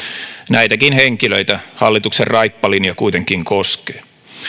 näitäkin henkilöitä hallituksen raippalinja kuitenkin koskee